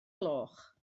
gloch